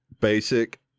basic